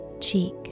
cheek